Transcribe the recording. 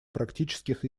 практических